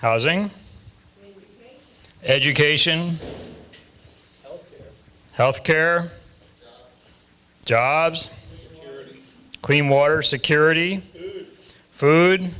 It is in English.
housing education health care jobs clean water security